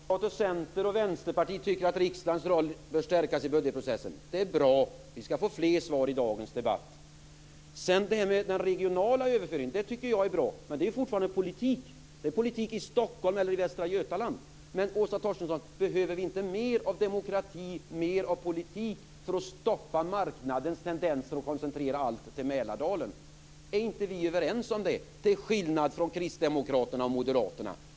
Fru talman! Kristdemokraterna, Centern och Vänsterpartiet tycker att riksdagens roll bör stärkas i budgetprocessen. Det är bra. Vi skall få fler svar i dagens debatt. Detta med den regionala överföringen är bra. Men det är fortfarande en politik. Det är politik i Stockholm eller i Västra götaland. Åsa Torstensson! Behöver vi inte mer av demokrati och politik för att stoppa marknadens tendenser att koncentrera allt till Mälardalen? Är vi inte överens om det, till skillnad från kristdemokraterna och moderaterna?